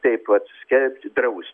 kaip vat skelbti draust